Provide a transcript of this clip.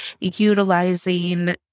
utilizing